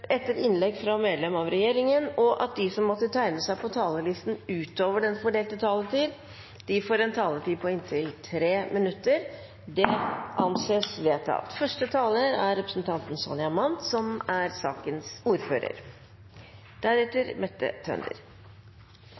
etter innlegg fra medlemmer av regjeringen, og at de som måtte tegne seg på talerlisten utover den fordelte taletid, får en taletid på inntil 3 minutter. – Det anses vedtatt. Dette er et representantforslag som